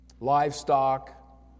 livestock